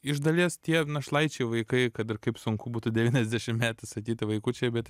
iš dalies tie našlaičiai vaikai kad ir kaip sunku būtų devyniasdešimtmetis sakyti vaikučiai bet